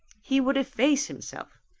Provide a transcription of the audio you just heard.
he would efface himself.